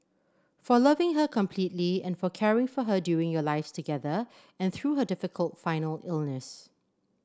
for loving her completely and for caring for her during your lives together and through her difficult final illness